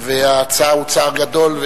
הצער הוא צער גדול,